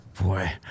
Boy